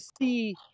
see